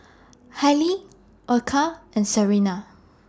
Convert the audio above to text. Hailie Erykah and Serena